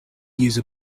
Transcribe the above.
use